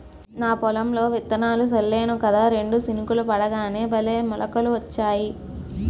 నా పొలంలో విత్తనాలు జల్లేను కదా రెండు చినుకులు పడగానే భలే మొలకలొచ్చాయి